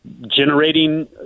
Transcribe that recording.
generating